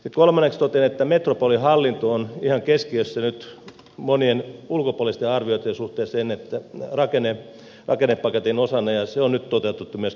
kolmanneksi totean että metropolihallinto on ihan keskiössä nyt monien ulkopuolisten arvioitten suhteen rakennepaketin osana ja se on nyt toteutettu myöskin budjettiriihen yhteydessä